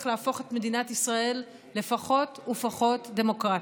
להפוך את מדינת ישראל לפחות ופחות דמוקרטית.